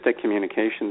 communications